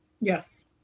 Yes